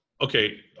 okay